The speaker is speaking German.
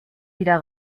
wieder